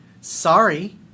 sorry